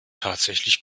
tatsächlich